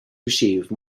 receive